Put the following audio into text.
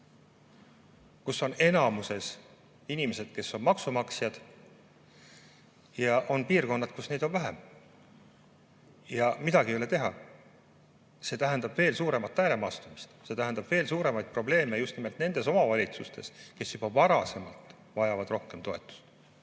kus on enamuses inimesed, kes on maksumaksjad, ja on piirkonnad, kus neid on vähem. Midagi ei ole teha, see tähendab veel suuremat ääremaastumist, see tähendab veel suuremaid probleeme just nimelt nendes omavalitsustes, kes juba enne on vajanud rohkem toetust.